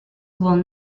will